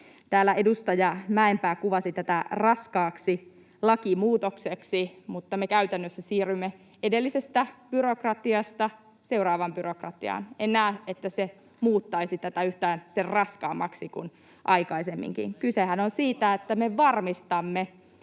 Täällä edustaja Mäenpää kuvasi tätä raskaaksi lakimuutokseksi, mutta me käytännössä siirrymme edellisestä byrokratiasta seuraavaan byrokratiaan. En näe, että se muuttaisi tätä yhtään sen raskaammaksi kuin aikaisemminkaan. [Leena Meren välihuuto] Kysehän on siitä, että me varmistamme,